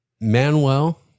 Manuel